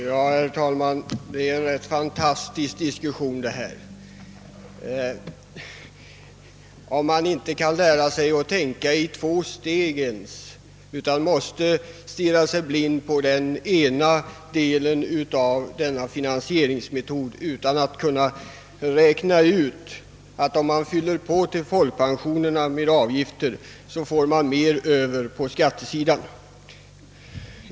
Herr talman! Detta är en rätt fantastisk diskussion. Man tycks inte kunna tänka ens i två steg, utan måste stirra sig blind på den ena delen av denna finansieringsmetod och kan inte räkna ut, att om man fyller på till folkpensionerna med högre avgifter, så får man mer pengar över på skattesidan.